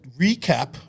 recap